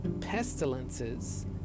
pestilences